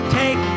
take